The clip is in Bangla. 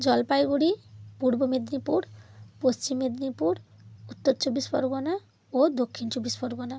জলপাইগুড়ি পূর্ব মেদিনীপুর পশ্চিম মেদিনীপুর উত্তর চব্বিশ পরগনা ও দক্ষিণ চব্বিশ পরগনা